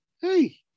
hey